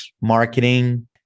marketing